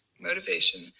motivation